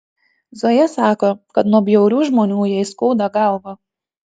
zoja sako kad nuo bjaurių žmonių jai skauda galvą